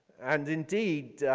and indeed,